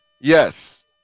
Yes